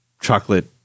chocolate